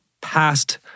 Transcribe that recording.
past